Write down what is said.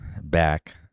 back